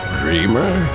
dreamer